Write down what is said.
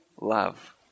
love